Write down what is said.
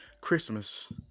Christmas